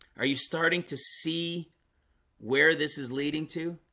are you starting to see where this is leading to?